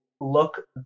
look